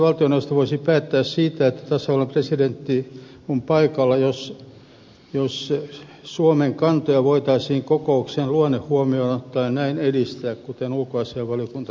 poikkeuksellisesti valtioneuvosto voisi päättää siitä että tasavallan presidentti on paikalla jos suomen kantoja voitaisiin kokouksen luonne huomioon ottaen näin edistää kuten ulkoasiainvaliokunta sanoo